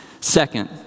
Second